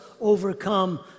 overcome